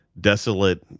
desolate